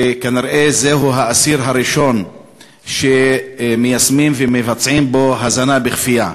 וכנראה הוא האסיר הראשון שמיישמים ומבצעים בו הזנה בכפייה.